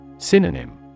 Synonym